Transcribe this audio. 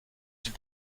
s’il